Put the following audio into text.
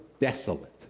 desolate